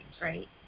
Right